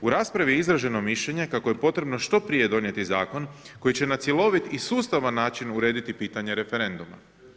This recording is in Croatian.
U raspravi je izraženo mišljenje kako je potrebno što prije donijeti zakon, koji će na cjeloviti i sustavan način urediti pitanje referenduma.